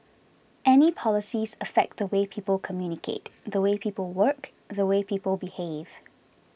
any policies affect the way people communicate the way people work the way people behave